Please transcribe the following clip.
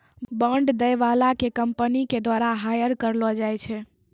bond दै बाला के कंपनी के द्वारा हायर करलो जाय छै